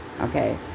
okay